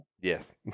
yes